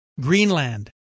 Greenland